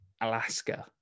alaska